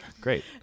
Great